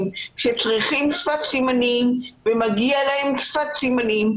שצריכים שפת סימנים ומגיע להם שפת סימנים.